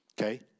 Okay